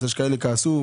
יש שכעסו.